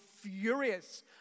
furious